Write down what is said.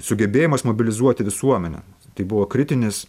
sugebėjimas mobilizuoti visuomenę tai buvo kritinis